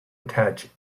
attach